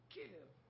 give